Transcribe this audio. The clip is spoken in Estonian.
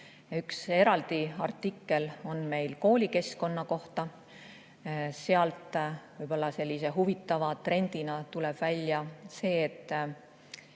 Üks eraldi artikkel on meil koolikeskkonna kohta. Sealt tuleb sellise huvitava trendina välja see, et